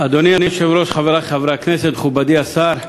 אדוני היושב-ראש, חברי חברי הכנסת, מכובדי השר,